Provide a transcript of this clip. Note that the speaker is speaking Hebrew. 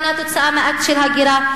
אינה תוצאה מאקט של הגירה,